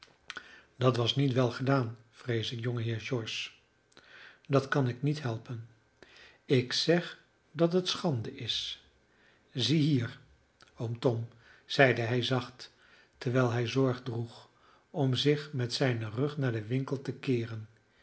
dat was niet wel gedaan vrees ik jongeheer george dat kan ik niet helpen ik zeg dat het schande is ziehier oom tom zeide hij zacht terwijl hij zorg droeg om zich met zijnen rug naar den winkel te keeren